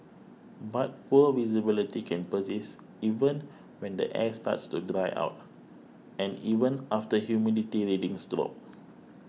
but poor visibility can persist even when the air starts to dry out and even after humidity readings drop